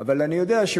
אבל אני יודע,